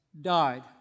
died